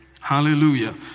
hallelujah